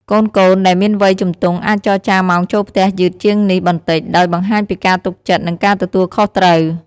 កូនៗដែលមានវ័យជំទង់អាចចរចាម៉ោងចូលផ្ទះយឺតជាងនេះបន្តិច ដោយបង្ហាញពីការទុកចិត្ត និងការទទួលខុសត្រូវ។